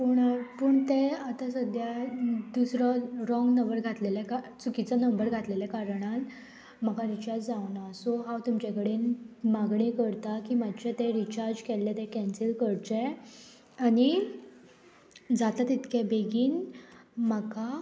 पूण पूण तें आतां सद्द्या दुसरो रोंग नंबर घातलेले चुकीचो नंबर घातलेल्या कारणान म्हाका रिचार्ज जावना सो हांव तुमचे कडेन मागणी करता की मातशें तें रिचार्ज केल्लें तें कॅन्सील करचें आनी जाता तितकें बेगीन म्हाका